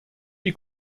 die